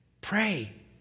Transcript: Pray